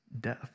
death